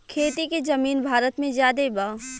खेती के जमीन भारत मे ज्यादे बा